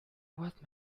what